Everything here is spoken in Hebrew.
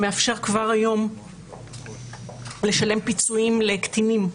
שמאפשר כבר היום לשלם פיצויים לקטינים.